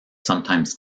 sometimes